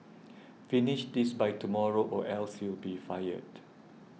finish this by tomorrow or else you'll be fired